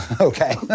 Okay